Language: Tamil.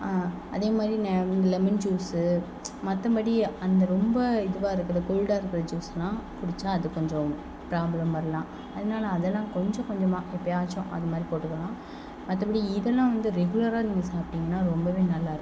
அதேமாதிரி லெமன் ஜூஸ்ஸு மற்றபடி அந்த ரொம்ப இதுவாக இருக்கிற கோல்டாக இருக்கிற ஜூஸ்லாம் குடிச்சா அது கொஞ்சம் ப்ராப்ளம் வரலாம் அதனால் அதெல்லாம் கொஞ்சம் கொஞ்சமாக எப்போயாச்சும் அதுமாதிரி போட்டுக்கலாம் மற்றபடி இதெல்லாம் வந்து ரெகுலராக நீங்கள் சாப்பிட்டிங்கனா ரொம்பவே நல்லா இருக்கும்